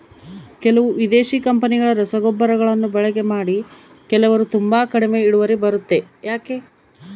ಕೆಲವು ವಿದೇಶಿ ಕಂಪನಿಗಳ ರಸಗೊಬ್ಬರಗಳನ್ನು ಬಳಕೆ ಮಾಡಿ ಕೆಲವರು ತುಂಬಾ ಕಡಿಮೆ ಇಳುವರಿ ಬರುತ್ತೆ ಯಾಕೆ?